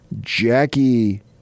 Jackie